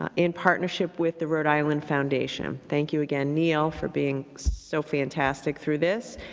ah in partnership with the rhode island foundation. thank you again, neil, for being so fantastic through this.